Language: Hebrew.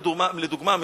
לדוגמה,